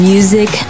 Music